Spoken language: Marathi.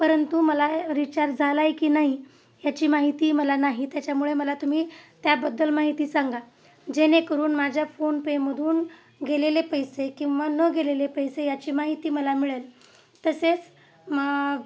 परंतु मला रिचार्ज झाला आहे की नाही याची माहिती मला नाही त्याच्यामुळे मला तुम्ही त्याबद्दल माहिती सांगा जेणेकरून माझ्या फोनपेमधून गेलेले पैसे किंवा न गेलेले पैसे याची माहिती मला मिळेल तसेच म